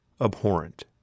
abhorrent